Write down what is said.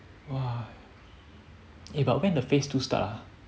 !wah! but when the phase two start ah